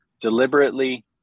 deliberately